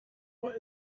what